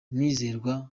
muzerwa